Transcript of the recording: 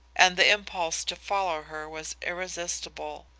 and the impulse to follow her was irresistible.